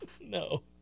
No